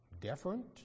different